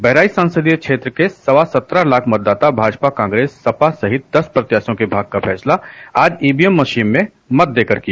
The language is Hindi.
बहराइच संसदीय क्षेत्र के सवा सत्रह लाख मतदाता भाजपा कांग्रेस सपा सहित दस प्रत्याशियों के भाग्य का फैसला आज ईवीएम मशीन में मत देकर किया